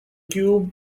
cube